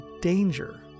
danger